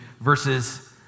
verses